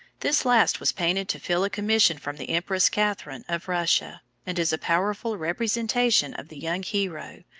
this last was painted to fill a commission from the empress catherine of russia, and is a powerful representation of the young hero,